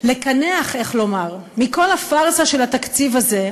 לקנח, איך לומר, מכל הפארסה של התקציב הזה,